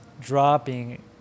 dropping